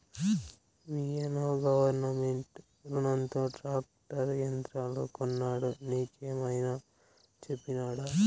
మీయన్న గవర్నమెంట్ రునంతో ట్రాక్టర్ యంత్రాలు కొన్నాడు నీకేమైనా చెప్పినాడా